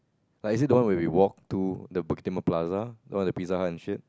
like is it the one where we walk to the Bukit-Timah plaza the one that Pizza-Hut and shit